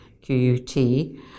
QUT